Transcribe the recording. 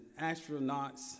astronauts